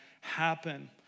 happen